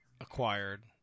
acquired